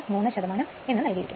033 എന്ന് നൽകിയിരിക്കുന്നു